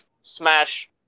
smash